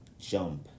Jump